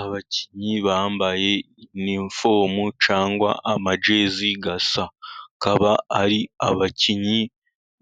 Abakinnyi bambaye inifomu cyangwa amajezi asa, akaba ari abakinnyi